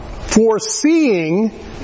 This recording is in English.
foreseeing